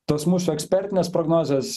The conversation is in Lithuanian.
tos mūsų ekspertinės prognozės